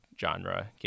genre